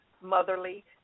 motherly